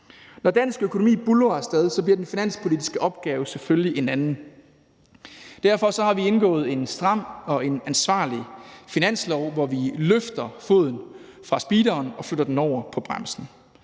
Når dansk økonomi buldrer af sted, bliver den finanspolitiske opgave selvfølgelig en anden. Derfor har vi indgået en stram og en ansvarlig finanslov, hvor vi løfter foden fra speederen og flytter den over på bremsen.